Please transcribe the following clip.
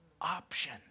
option